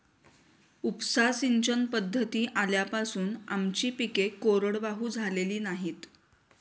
उपसा सिंचन पद्धती आल्यापासून आमची पिके कोरडवाहू झालेली नाहीत